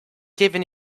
given